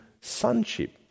sonship